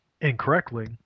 incorrectly